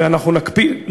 ואנחנו נקפיד,